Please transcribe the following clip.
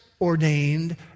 Ordained